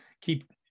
keep